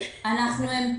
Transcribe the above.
יותר נכון, חיכו שימותו.